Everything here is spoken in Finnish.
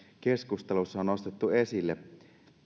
keskustelussa on nostettu esille